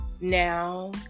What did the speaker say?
now